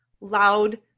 loud